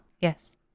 Yes